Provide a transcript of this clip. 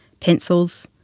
pencils,